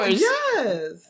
Yes